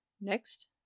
Next